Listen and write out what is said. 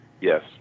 Yes